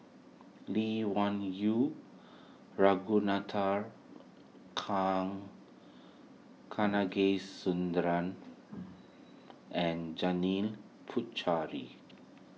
Lee Wung Yew Ragunathar Kanagasuntheram and Janil Puthucheary